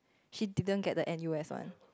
she didn't get the N_U_S one